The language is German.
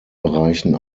bereichen